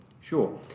Sure